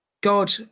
God